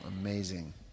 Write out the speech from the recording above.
Amazing